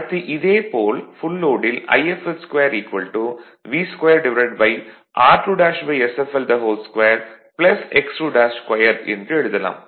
அடுத்து இதே போல் ஃபுல் லோடில் Ifl2 V2r2sfl2 x22 என்று எழுதலாம்